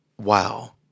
wow